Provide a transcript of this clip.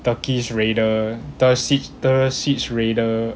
turkish raider tursich tursich raider